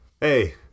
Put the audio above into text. Hey